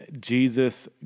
Jesus